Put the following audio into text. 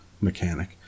mechanic